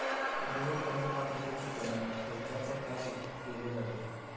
गृह कर्ज पात्रतेची गणना खयच्या प्रकारे केली जाते?